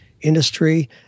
industry